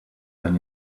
than